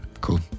Cool